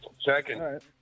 Second